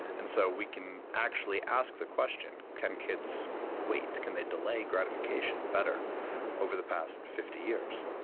and so we can actually ask the question can kids wait, can they delay gratification better over the past fifty years?